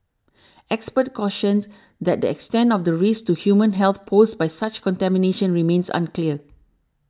experts cautioned that the extent of the risk to human health posed by such contaminatio n remains unclear